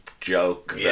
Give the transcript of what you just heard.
joke